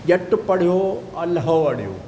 ॼटि पढ़ियो अलाहो अढ़ियो